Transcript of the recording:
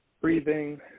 breathing